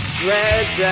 dread